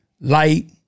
light